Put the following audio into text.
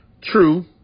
True